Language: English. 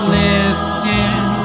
lifting